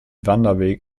wanderweg